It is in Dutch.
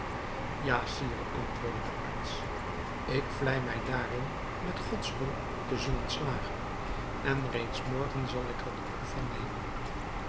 ja sire antwoordde de arts ik vlei mij daarin met gods hulp te zullen slagen en reeds morgen zal ik er de proef van nemen